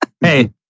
hey